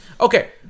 Okay